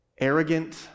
arrogant